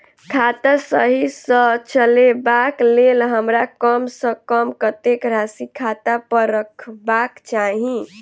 खाता सही सँ चलेबाक लेल हमरा कम सँ कम कतेक राशि खाता पर रखबाक चाहि?